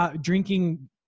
drinking